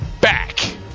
back